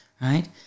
right